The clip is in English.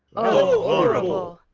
o,